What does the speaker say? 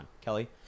Kelly